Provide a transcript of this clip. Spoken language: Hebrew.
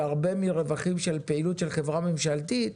שהרבה מרווחים של פעילות של חברה ממשלתית